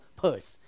purse